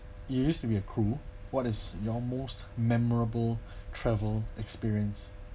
you used to be a crew what is your most memorable travel experience